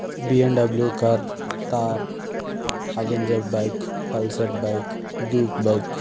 BMW car Thar Avenger bike Pulsar bike Duke bike